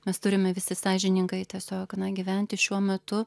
mes turime visi sąžiningai tiesiog gyventi šiuo metu